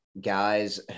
guys